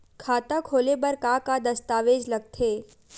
खाता खोले बर का का दस्तावेज लगथे?